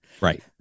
Right